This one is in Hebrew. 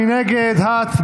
מי נגד?